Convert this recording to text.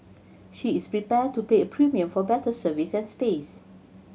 she is prepared to pay a premium for better service and space